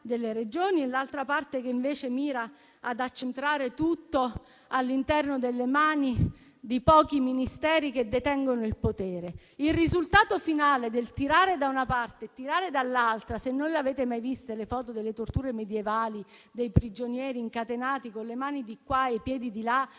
delle Regioni e l'altra parte che, invece, mira ad accentrare tutto nelle mani di pochi Ministeri che detengono il potere. Il risultato finale del tirare da una parte e tirare dall'altra, se non l'avete mai visto, è l'immagine delle torture medievali sui prigionieri incatenati con le mani di qua e i piedi di là